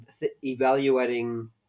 evaluating